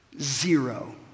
zero